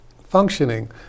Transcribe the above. functioning